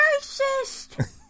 Racist